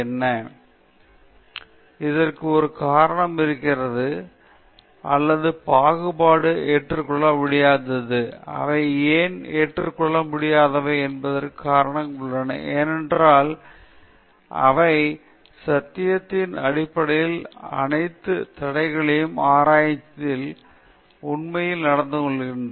உதாரணமாக கருத்து வேறுபாடு ஏற்றுக்கொள்ள முடியாதது அதற்கு ஒரு காரணம் இருக்கிறது அல்லது பாகுபாடு ஏற்றுக்கொள்ள முடியாதது அவை ஏன் ஏற்றுக்கொள்ள முடியாதவை என்பதற்கான காரணங்கள் உள்ளன ஏனென்றால் அவை சத்தியத்தின் அடிப்படையில் அனைத்து தடைகளையும் ஆராய்ச்சியில் உண்மையைக் கண்டறிந்துள்ளன